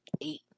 eight